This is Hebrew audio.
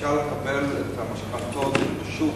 שאפשר לקבל את המשכנתאות בשוק,